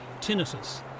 tinnitus